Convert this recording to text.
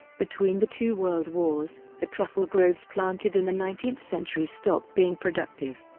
between the two world wars, the truffle groves planted in the nineteenth century stopped being productive.